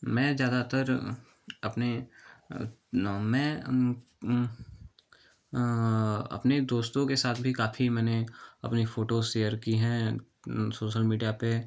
मैं ज़्यादातर अपने ना मैं अपने दोस्तों के साथ भी काफी मैंने अपनी फ़ोटो सेयर की हैं सोसल मीडिया पर